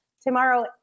tomorrow